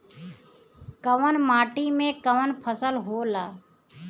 कवन माटी में कवन फसल हो ला?